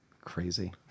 Crazy